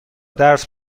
درس